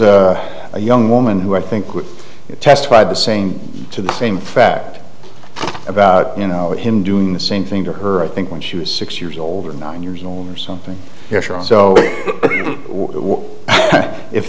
a young woman who i think testified the same to the same fact about you know him doing the same thing to her i think when she was six years old or nine years old or something so